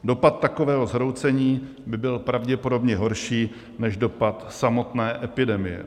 Dopad takového zhroucení by byl pravděpodobně horší než dopad samotné epidemie.